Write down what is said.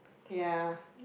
ya